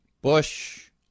Bush